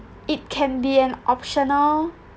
it can be an optional